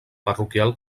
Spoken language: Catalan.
parroquial